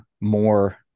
more